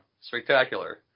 spectacular